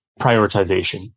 prioritization